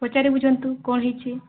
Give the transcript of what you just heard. ପଚାରି ବୁଝନ୍ତୁ କ'ଣ ହେଇଛି